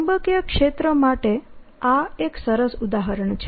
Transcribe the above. ચુંબકીય ક્ષેત્ર માટે આ એક સરસ ઉદાહરણ છે